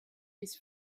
his